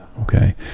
okay